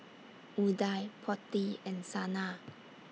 Udai Potti and Sanal